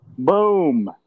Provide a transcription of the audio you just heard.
Boom